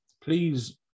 please